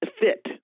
fit